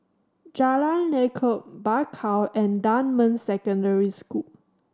Jalan Lekub Bakau and Dunman Secondary School